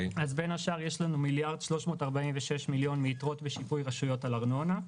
בין השאר יש לנו מיליארד ו-346 מיליון מיתרות בשיפוי רשויות על ארנונה.